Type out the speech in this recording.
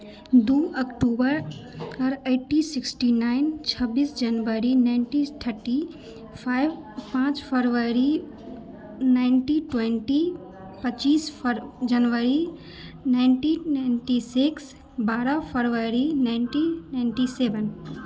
दू अक्टूबर eighteen sixty nine छब्बीस जनवरी नाइन्टीन थर्टी फाइव पाँच फरवरी नाइन्टीन ट्वेन्टी पच्चीस जनवरी नाइन्टीन नाइन्टी सिक्स बारह फरवरी नाइन्टीन नाइन्टी सेवन